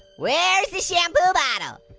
where's the shampoo bottle?